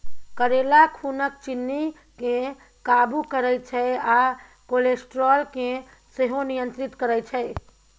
करेला खुनक चिन्नी केँ काबु करय छै आ कोलेस्ट्रोल केँ सेहो नियंत्रित करय छै